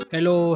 Hello